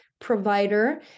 provider